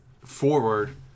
forward